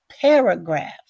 paragraph